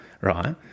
right